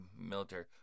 military